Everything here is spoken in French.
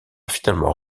finalement